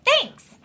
Thanks